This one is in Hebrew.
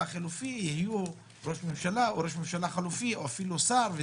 חלופי יהיו ראש ממשלה או ראש ממשלה חלופי או אפילו שר.